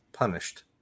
Punished